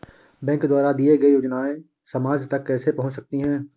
Bank द्वारा दिए गए योजनाएँ समाज तक कैसे पहुँच सकते हैं?